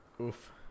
Oof